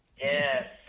Yes